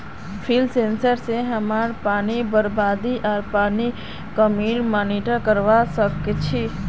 leaf sensor स हमरा पानीर बरबादी आर पानीर कमीक मॉनिटर करवा सक छी